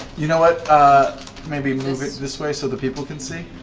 you know ah maybe move it this way so the people can see.